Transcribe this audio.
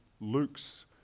Luke's